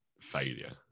failure